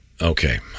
Okay